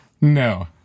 No